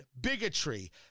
bigotry